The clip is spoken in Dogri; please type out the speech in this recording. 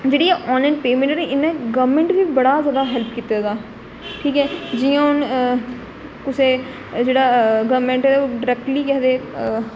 जेह्ड़ी ऑनलाइन पेमेंट ना इ'न्ने गौरमेंट गी बड़ा जादा हेल्प कीते दा ठीक ऐ जि'यां हून कुसै जेह्ड़ा गौरमेंट डायरेक्टली केह् आखदे